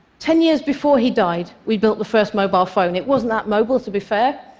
ten years before he died, we built the first mobile phone. it wasn't that mobile, to be fair,